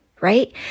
right